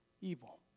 evil